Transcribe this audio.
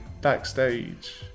backstage